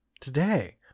today